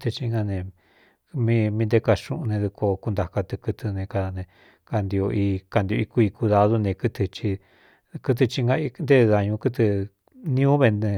Tɨ na nemí mí nté ka xuꞌun ne dɨkuo kuntaka tɨ kɨtɨ ne kaa ne kantio i kantiꞌ i kui kudādú ne kɨtɨ kɨtɨ hi ngantée dañu kɨtɨ niuú vne